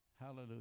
hallelujah